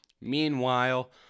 Meanwhile